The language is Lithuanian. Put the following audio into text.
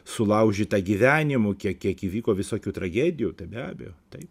sulaužyta gyvenimų kiek kiek įvyko visokių tragedijų tai be abejo taip